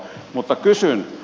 mutta kysyn